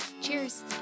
Cheers